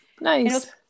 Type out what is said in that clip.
Nice